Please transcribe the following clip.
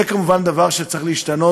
זה כמובן דבר שצריך להשתנות.